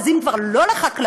אז אם כבר לא לחקלאות,